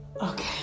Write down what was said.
Okay